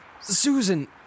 Susan